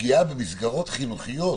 פגיעה במסגרות חינוכיות